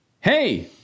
hey